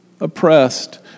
oppressed